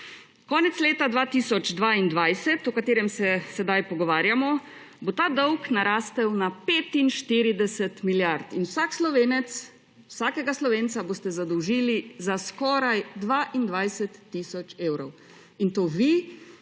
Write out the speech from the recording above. Konec leta 2022, o katerem se sedaj pogovarjamo, bo ta dolg narastel na 45 milijard in vsakega Slovenca boste zadolžili za skoraj 22 tisoč evrov. In to vi,